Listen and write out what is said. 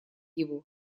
его